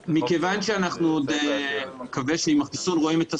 מכיוון שאנחנו עוד אני מקווה שעם החיסון מעט "רואים את הסוף",